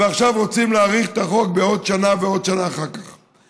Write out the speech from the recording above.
ועכשיו רוצים להאריך את החוק בעוד שנה ועוד שנה אחר כך.